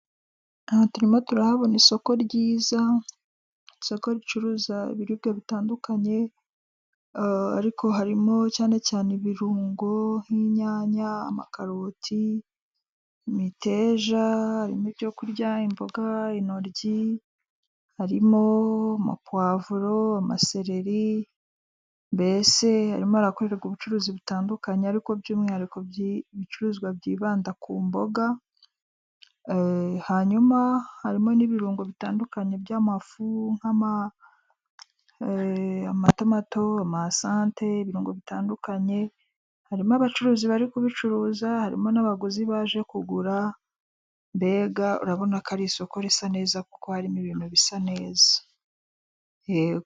aha turimo turahabona isoko ryiza isoko ricuruza ibiribwa bitandukanye ariko harimo cyane cyane ibirungo nk'inyanya ,amakaroti ,miteja harimo ibyo kurya imboga ,inoryi harimo amapuvuro amaseleri mbese harimo harakorerwa ubucuruzi butandukanye ariko by'umwihariko ibicuruzwa byibanda ku mboga hanyuma harimo n'ibirungo bitandukanye by'amafu nk'amatomato ,ama sante y'ibirungo bitandukanye harimo abacuruzi bari kubicuruza harimo n'abaguzi baje kugura mbega urabona ko ari isoko risa neza kuko harimo ibintu bisa neza.